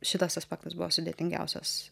šitas aspektas buvo sudėtingiausias